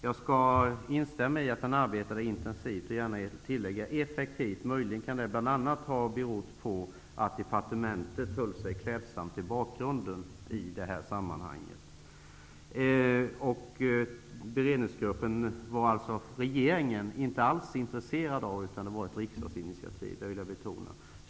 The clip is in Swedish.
Jag skall instämma i att den arbetade intensivt och göra tillägget att den också arbetade effektivt. Det kan ha berott bl.a. på att departementet höll sig klädsamt i bakgrunden i detta sammanhang. Regeringen var alltså inte alls intresserad av en beredningsgrupp, utan den tillkom till följd av ett riksdagsinitiativ, vilket jag vill betona.